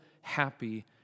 happy